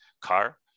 car